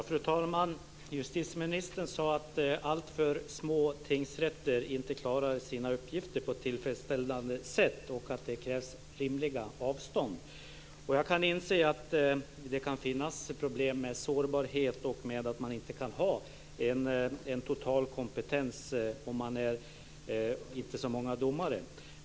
Fru talman! Justitieministern sade att alltför små tingsrätter inte klarar sina uppgifter på ett tillfredsställande sätt och att det krävs rimliga avstånd. Jag kan inse att det kan finnas problem med sårbarhet och med att man inte kan ha en total kompetens om det inte är så många domare.